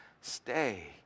stay